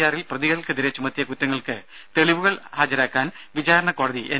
ആറിൽ പ്രതികൾക്കെതിരെ ചുമത്തിയ കുറ്റങ്ങൾക്ക് തെളിവുകൾ ഹാജരാക്കാൻ വിചാരണ കോടതി എൻ